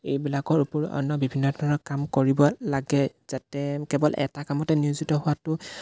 এইবিলাকৰ উপৰিও অন্য বিভিন্ন ধৰণৰ কাম কৰিব লাগে যাতে কেৱল এটা কামতে নিয়োজিত হোৱাটো